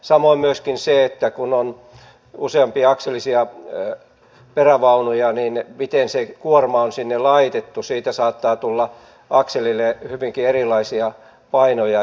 samoin myöskin kun on useampiakselisia perävaunuja jo siitä miten se kuorma on sinne laitettu saattaa tulla akselille hyvinkin erilaisia painoja